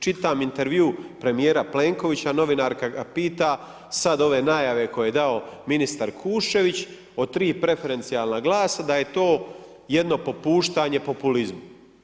Čitam intervju premijera Plenkovića, novinarka ga pita sad ove najave koje je dao ministar Kuščević, od 3 preferencijalna glasa da je to jedno popuštanje populizmu.